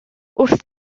wrth